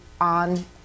on